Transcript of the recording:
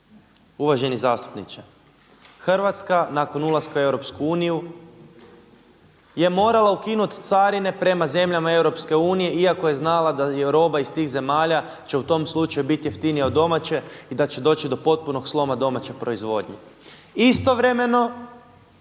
uvaženi zastupniče. Hrvatska nakon ulaska u EU je morala ukinut carine prema zemljama EU iako je znala da je roba iz tih zemalja će u tom slučaju biti jeftinija od domaće i da će doći do potpunog sloma domaće proizvodnje. Istovremeno